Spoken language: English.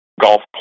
golf